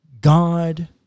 God